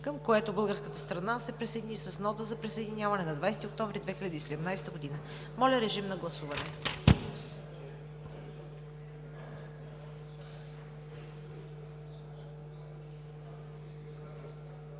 към което българската страна се присъедини с нота за присъединяване на 20 октомври 2017 г.“ Моля режим на гласуване.